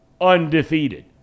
undefeated